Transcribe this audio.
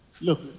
look